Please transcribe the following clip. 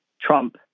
Trump